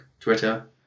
Twitter